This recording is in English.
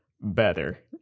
better